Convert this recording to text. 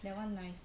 that one nice lah